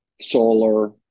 solar